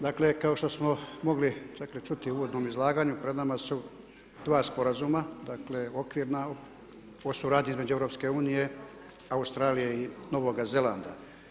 Dakle kao što smo mogli dakle čuti u uvodnom izlaganju pred nama su dva sporazuma, dakle okvirna o suradnji između EU, Australije i Novoga Zelanda.